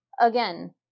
Again